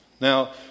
Now